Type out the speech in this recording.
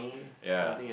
yea